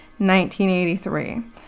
1983